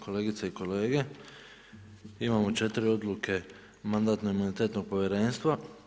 Kolegice i kolege, imamo 4 odluke Mandatno imunitetnog povjerenstva.